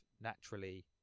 naturally